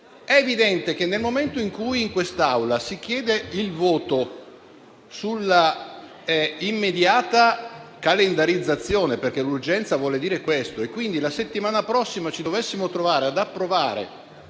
È evidente che, nel momento in cui in quest'Aula si chiede il voto sull'immediata calendarizzazione - questo vuol dire l'urgenza - e quindi la settimana prossima ci dovessimo trovare ad approvare